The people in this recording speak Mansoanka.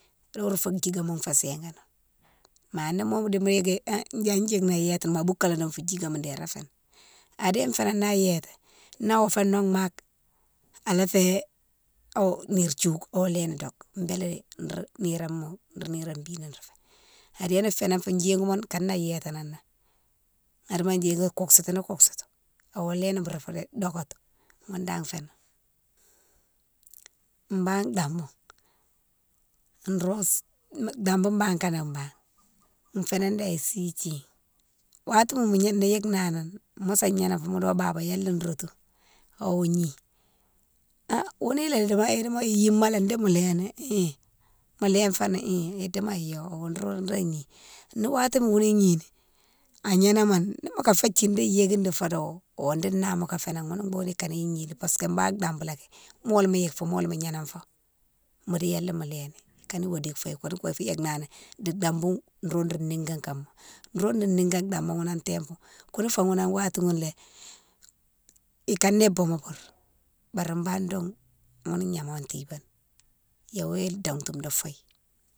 Di horé doune fo djikéma fé singanan, ma ni momo di yike ni ha ya yike ni iyétini ma boukalé doung fou djikéma déri aféni, a défénan na yéte, na wofé nommake ala fé o nire thiouke o awo léni doke bélé nro, niroma nro nirone bine fou fé. Adéne fénan fo djihimounne kane na yétani adimo djihi kousitini kousitini awo léni boure fou dokéti ghounne dane fénan. Banne dama nros, dambou banne kanan banne fénan danne sih thie, watima no yike mo yike nani mosa gnénan fo modo baba yané rotou awo gni, ha ghounou lé dimo, dimo gnimalé di mo léni hi, mo linfoni hi, idimo yo nro ro gni, ni watima ghouni gnini agnénamone ni moka fé kine dé yékine di foudo wo, o di na moka fénan ghounou boughoune ikani gni parce que banne dambouléki, molé mo yike fo, molé mo gnananfo, modi yané mo léni ikane wo dike faye di dambou nro ro nigane kama, nro ro nigane dama ghounou an temp, kounouk fé ghounne a watighounne lé, ikané boumo kousouma bari banne doung ghounou gnama tibéni, iyawo yow dongtou di fouye.